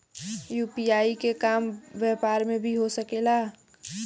UPI के काम व्यापार में भी हो सके ला?